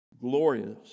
glorious